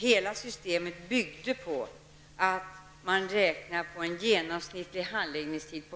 Hela systemet byggde på en beräkning av en genomsnittlig handläggningstid på